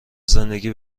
زندگی